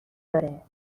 داره